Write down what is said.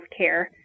healthcare